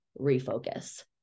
refocus